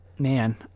Man